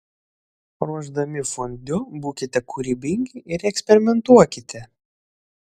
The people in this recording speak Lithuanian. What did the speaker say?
ruošdami fondiu būkite kūrybingi ir eksperimentuokite